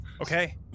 Okay